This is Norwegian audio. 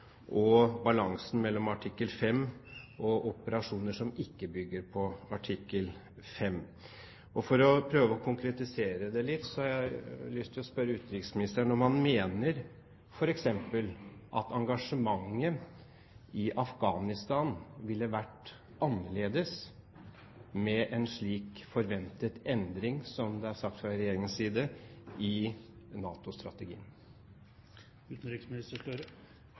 og balansen mellom operasjoner som bygger på artikkel 5, og operasjoner som ikke bygger på artikkel 5. For å prøve å konkretisere det litt har jeg lyst til å spørre utenriksministeren om han f.eks. mener at engasjementet i Afghanistan ville vært annerledes med en slik forventet endring som det er sagt fra Regjeringens side, i